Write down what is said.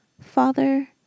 Father